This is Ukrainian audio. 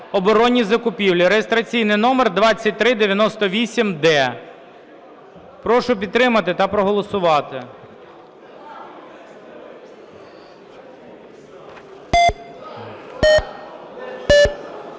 оборонні закупівлі (реєстраційний номер 2398-д). Прошу підтримати та проголосувати.